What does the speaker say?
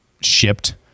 shipped